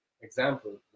example